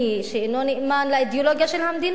שאינו נאמן לאידיאולוגיה של המדינה,